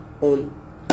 on